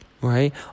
right